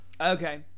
okay